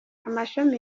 amashami